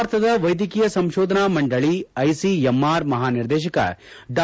ಭಾರತದ ವೈದ್ಯಕೀಯ ಸಂಶೋಧನಾ ಮಂಡಳಿ ಐಸಿಎಂಆರ್ ಮಹಾನಿರ್ದೇಶಕ ಡಾ